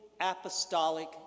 apostolic